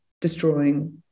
destroying